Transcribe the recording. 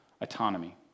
Autonomy